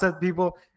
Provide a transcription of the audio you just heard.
people